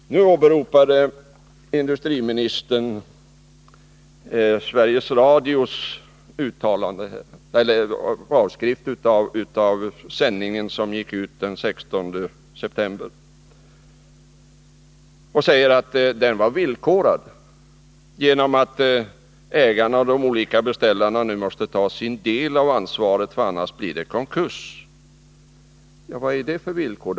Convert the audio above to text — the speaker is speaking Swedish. : Nu åberopade industriministern Sveriges Radios avskrift av ett meddelande som gick ut den 16 september. Han säger att överenskommelsen var villkorad. Ägarna och de olika beställarna måste nu ta sin del av ansvaret, därför att det annars blir konkurs. Vad är det då för villkor?